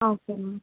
okay ma'am